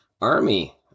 Army